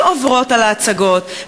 שעוברות על ההצגות,